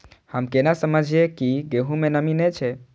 हम केना समझये की गेहूं में नमी ने छे?